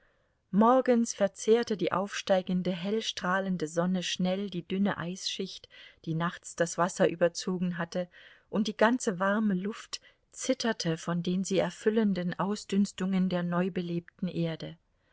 morgens verzehrte die aufsteigende hell strahlende sonne schnell die dünne eisschicht die nachts das wasser überzogen hatte und die ganze warme luft zitterte von den sie erfüllenden ausdünstungen der neu belebten erde